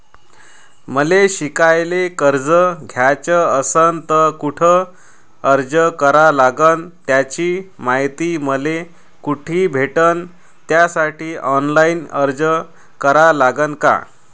मले शिकायले कर्ज घ्याच असन तर कुठ अर्ज करा लागन त्याची मायती मले कुठी भेटन त्यासाठी ऑनलाईन अर्ज करा लागन का?